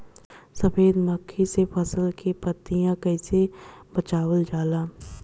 सफेद मक्खी से फसल के पतिया के कइसे बचावल जाला?